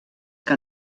que